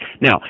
Now